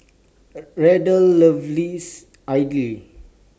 Randall loves Idly